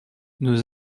nous